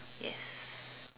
yes